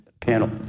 panel